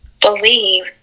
believe